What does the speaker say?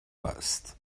است